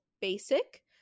basic